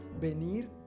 venir